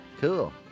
Cool